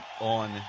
on